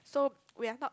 so we are not